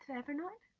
ever know it?